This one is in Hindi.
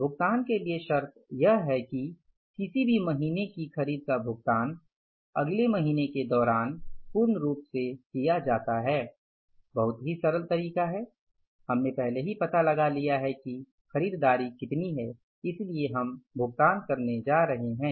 भुगतान के लिए शर्त यह है कि किसी भी महीने की खरीद का भुगतान अगले महीने के दौरान पूर्ण रूप से किया जाता है बहुत ही सरल तरीका है हमने पहले ही पता लगा लिया है कि खरीदारी कितनी है इसलिए हम भुगतान करने जा रहे हैं